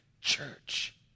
church